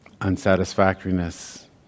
unsatisfactoriness